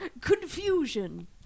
confusion